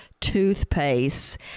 toothpaste